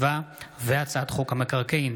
(רע"מ,